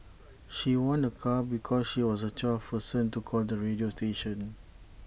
she won A car because she was the twelfth person to call the radio station